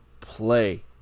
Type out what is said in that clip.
play